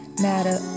matter